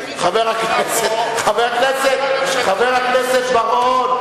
חבר הכנסת בר-און,